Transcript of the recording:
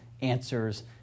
answers